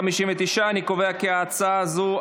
59. אני קובע כי ההצעה הזו,